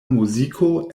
muziko